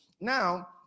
Now